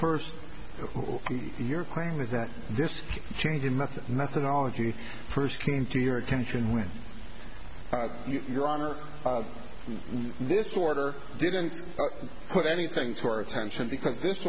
first who your claim is that this change in method methodology first came to your attention when your honor this order didn't put anything to our attention because this